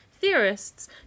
theorists